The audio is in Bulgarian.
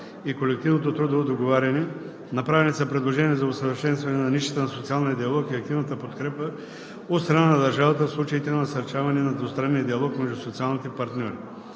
и колективното трудово договаряне. Направени са предложения за усъвършенстване на нишата на социалния диалог и активната подкрепа от страна на държавата в случаите на насърчаването на двустранния диалог между социалните партньори.